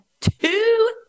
two